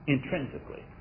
Intrinsically